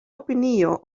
opinio